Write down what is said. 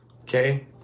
Okay